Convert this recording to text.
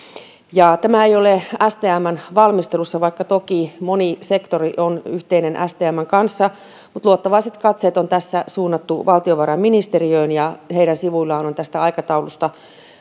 tämä ei ole stmn valmistelussa vaikka toki moni sektori on yhteinen stmn kanssa luottavaiset katseet on tässä suunnattu valtiovarainministeriöön ja sen sivuilla on on tästä aikataulusta